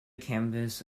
campus